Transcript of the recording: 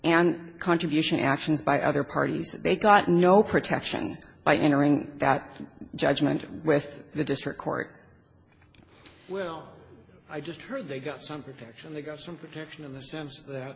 and contribution actions by other parties they got no protection by entering that judgment with the district court well i just heard they got some protection they got some protection